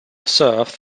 serves